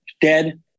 dead